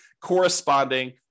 corresponding